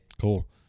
Cool